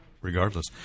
regardless